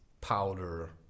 powder